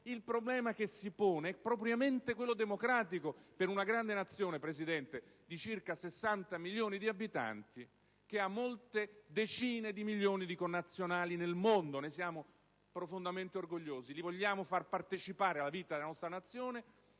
Il problema che si pone è propriamente quello democratico, per una grande Nazione, signor Presidente, di circa 60 milioni di abitanti, che ha molte decine di milioni di connazionali nel mondo: ne siamo profondamente orgogliosi, li vogliamo far partecipare alla vita della nostra Nazione,